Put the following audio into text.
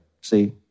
see